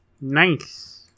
Nice